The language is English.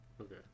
Okay